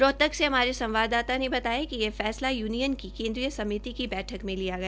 रोहतक से हमारे संवाददाता ने बताया कि यह फैसला युनियन की केन्द्रीय समिति की बैठक में लिया गया